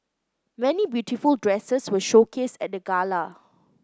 many beautiful dresses were showcased at the gala